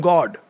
God